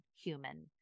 human